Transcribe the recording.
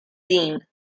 dean